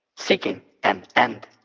seeking an end.